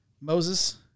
Moses